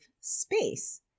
space